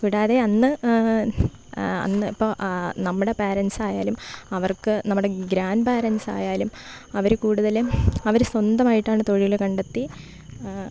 കൂടാതെ അന്ന് അന്ന് ഇപ്പോൾ നമ്മുടെ പേരെൻസ് ആയാലും അവർക്ക് നമ്മുടെ ഗ്രാൻഡ് പാരെൻസ് ആയാലും അവർ കൂടുതലും അവർ സ്വന്തമായിട്ടാണ് തൊഴിൽ കണ്ടെത്തി